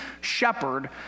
shepherd